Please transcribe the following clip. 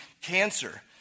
cancer